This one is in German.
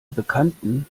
bekannten